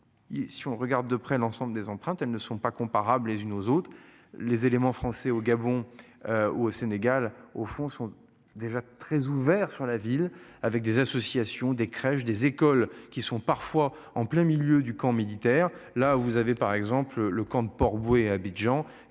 si on regarde de près l'ensemble des empreintes, elles ne sont pas comparables les unes aux autres. Les éléments français au Gabon. Au Sénégal, au fond, sont déjà très ouvert sur la ville avec des associations, des crèches, des écoles qui sont parfois en plein milieu du camp militaire là où vous avez par exemple le camp de Port-Bouët à Abidjan,